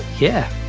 yeah.